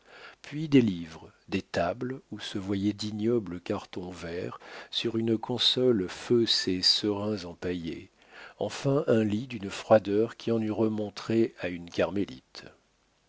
puis des livres des tables où se voyaient d'ignobles cartons verts sur une console feu ses serins empaillés enfin un lit d'une froideur qui en eût remontré à une